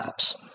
apps